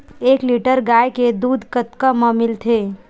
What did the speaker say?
एक लीटर गाय के दुध कतका म मिलथे?